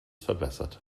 verbessert